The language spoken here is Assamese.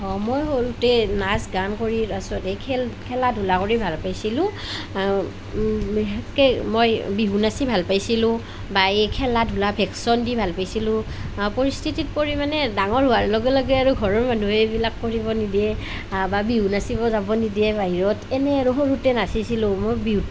অঁ মই সৰুতে নাচ গান কৰি তাৰপাছত সেই খেল খেলা ধূলা কৰি ভাল পাইছিলোঁ বিশেষকৈ মই বিহু নাচি ভাল পাইছিলোঁ বা এই খেলা ধূলা ভেকশ্যন দি ভাল পাইছিলোঁ পৰিস্থিতিত পৰি মানে ডাঙৰ হোৱা লগে লগে আৰু ঘৰৰ মানুহে এইবিলাক কৰিব নিদিয়ে বা বিহু নাচিব যাব নিদিয়ে বাহিৰত এনেই আৰু সৰুতে নাচিছিলোঁ মই বিহুত